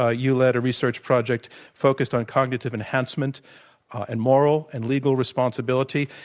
ah you led a research project focused on cognitive enhancement and moral and legal responsibility.